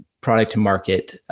product-to-market